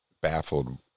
baffled